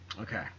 Okay